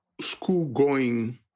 school-going